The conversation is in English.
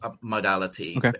modality